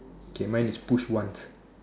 okay mine is push once